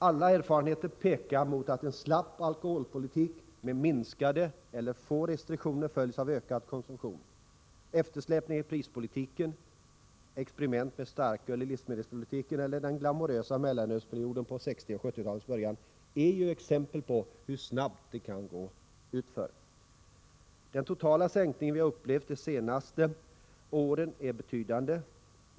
Alla erfarenheter pekar mot att en slapp alkoholpolitik med minskade eller få restriktioner följs av ökad konsumtion. Eftersläpningen i prispolitiken, experiment med starköl i livsmedelsbutiker eller den glamorösa mellanölsperioden på 1960-talet och i början av 1970-talet är exempel på hur snabbt det kan gå utför. Den totala sänkning som vi har upplevt de senaste åren är betydande.